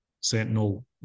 sentinel